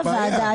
זה בעיה.